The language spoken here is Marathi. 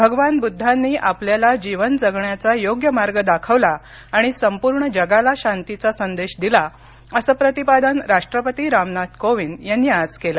भगवान बुद्धांनी आपल्याला जीवन जगण्याचा योग्य मार्ग दाखविला आणि संपूर्ण जगाला शांतीचा संदेश दिला असं प्रतिपादन राष्ट्रपती रामनाथ कोविंद यांनी आज केलं